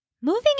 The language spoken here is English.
moving